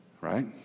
right